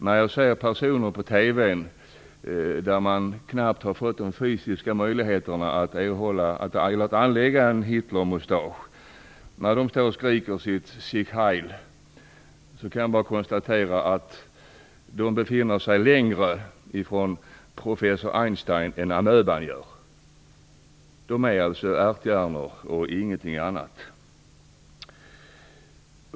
När jag ser personer på TV som knappt har fått de fysiska möjligheterna att anlägga en Hitlermustasch står och skriker Sieg Heil!, kan jag bara konstatera att de befinner sig längre från professor Einstein än vad amöban gör. De är ärthjärnor och ingenting annat.